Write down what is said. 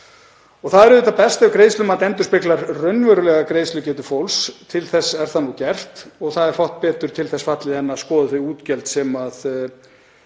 Það er auðvitað best að greiðslumat endurspegli raunverulega greiðslugetu fólks. Til þess er það nú gert og það er fátt betur til þess fallið en að skoða þau útgjöld sem